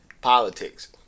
politics